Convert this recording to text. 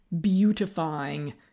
beautifying